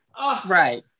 Right